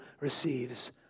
receives